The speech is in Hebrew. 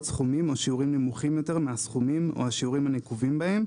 סכומים או שיעורים נמוכים יותר מהסכומים או השיעורים הנקובים בהם,